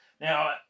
Now